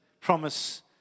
promise